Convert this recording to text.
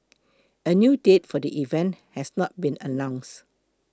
a new date for the event has not been announced